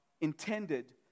intended